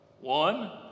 One